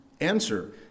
answer